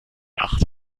acht